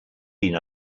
been